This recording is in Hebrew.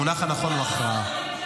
המונח הנכון הוא הכרעה.